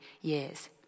years